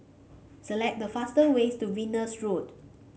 select the fast ways to Venus Road